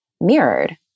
mirrored